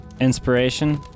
inspiration